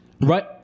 Right